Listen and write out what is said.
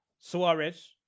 Suarez